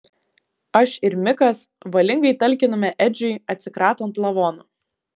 aš ir mikas valingai talkinome edžiui atsikratant lavono